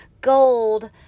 gold